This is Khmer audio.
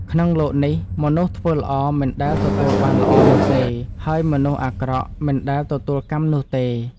ក្នុងលោកនេះ មនុស្សធ្វើល្អមិនដែលទទួលបានល្អនោះទេ ហើយមនុស្សអាក្រក់មិនដែលទទួលកម្មនោះទេ។